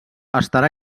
estarà